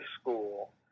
school